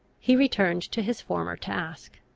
he returned to his former task.